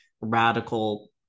radical